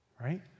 right